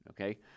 okay